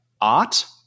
art